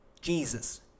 Jesus